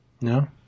No